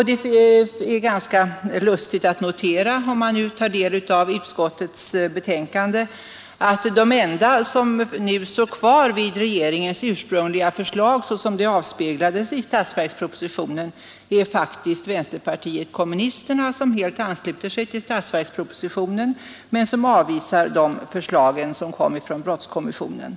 Det är ganska lustigt att notera, när man tar del av utskottets betänkande, att de enda som nu står kvar vid regeringens ursprungliga förslag såsom det avspeglades i statsverkspropositionen faktiskt är vänsterpartiet kommunisterna, som här helt ansluter sig till statsverkspropositionen men som avvisar det förslag som kom från brottskommissionen.